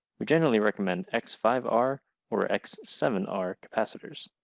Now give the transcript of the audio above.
we generally recommend x five r or x seven r capacitors.